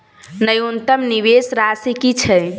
न्यूनतम निवेश राशि की छई?